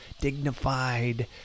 dignified